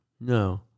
No